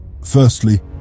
Firstly